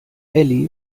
elli